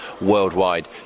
worldwide